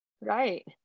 Right